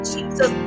Jesus